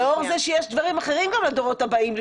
לאור זה שיש גם דברים אחרים לדורות הבאים.